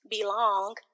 belong